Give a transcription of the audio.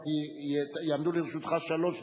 יעמדו לרשותך שלוש דקות,